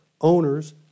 owners